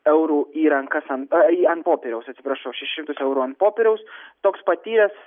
eurų į rankas ant į ant popieriaus atsiprašau šešis šimtus eurų ant popieriaus toks paties